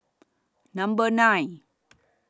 Number nine